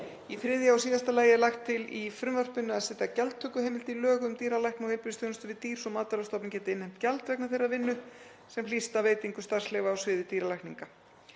Í þriðja og síðasta lagi er lagt til í frumvarpinu að setja gjaldtökuheimild í lög um dýralækna og heilbrigðisþjónustu við dýr svo Matvælastofnun geti innheimt gjald vegna þeirrar vinnu sem hlýst af veitingu starfsleyfa á sviði dýralækninga.